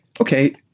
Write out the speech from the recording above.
Okay